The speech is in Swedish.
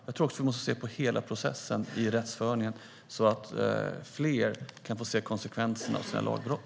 Jag tror att vi måste se på hela rättsprocessen så att fler kan få se konsekvenserna av sina lagbrott.